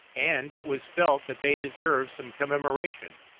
and it was felt that they deserved some commemoration.